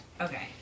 Okay